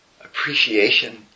appreciation